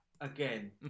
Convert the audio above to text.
again